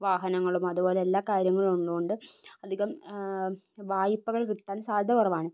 വാഹനങ്ങളും അതുപോലെ എല്ലാ കാര്യങ്ങളും ഉള്ളതു കൊണ്ട് അധികം വായ്പകൾ കിട്ടാൻ സാദ്ധ്യത കുറവാണ്